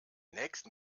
nächsten